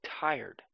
tired